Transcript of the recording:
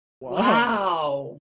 Wow